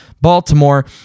Baltimore